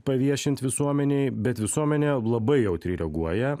paviešint visuomenei bet visuomenė labai jautriai reaguoja